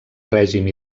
règim